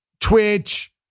Twitch